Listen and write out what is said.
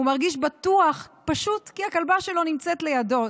הוא מרגיש בטוח פשוט כי הכלבה שלו נמצאת לידו.